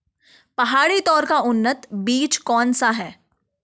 पहाड़ी तोर का उन्नत बीज कौन सा है?